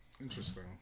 Interesting